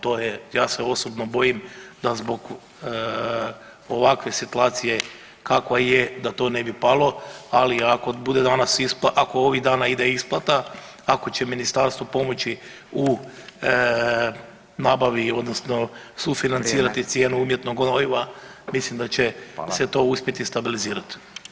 To je, ja se osobno bojim da zbog ovakve situacije kakva je da to ne bi palo, ali ako ovih dana ide isplata, ako će ministarstvo pomoći u nabavi, odnosno sufinancirati cijenu umjetnog gnojiva mislim da će se to uspjeti stabilizirati.